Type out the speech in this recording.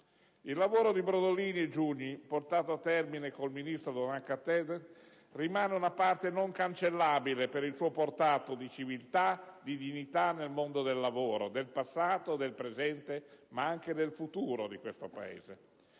Il lavoro di Brodolini e Giugni, portato a termine con il ministro Donat-Cattin, rimane una parte non cancellabile, per il suo portato di civiltà e di dignità del mondo del lavoro, del passato e del presente ma anche del futuro di questo Paese.